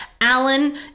Alan